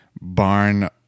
barn